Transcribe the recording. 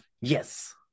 Yes